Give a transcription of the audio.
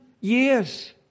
years